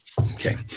Okay